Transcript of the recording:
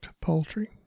poultry